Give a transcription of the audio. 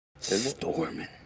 Storming